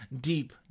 deep